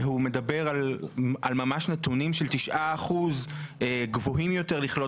והוא מדבר על ממש נתונים של 9% גבוהים יותר לחלות